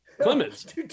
Clemens